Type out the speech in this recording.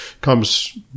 comes